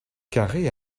carré